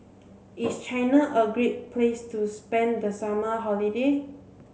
is China a great place to spend the summer holiday